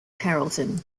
carrollton